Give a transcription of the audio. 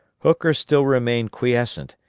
hooker still remained quiescent,